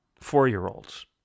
four-year-olds